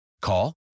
Call